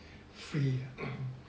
free 的